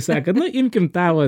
sakant nu imkim tą vat